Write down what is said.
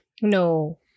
No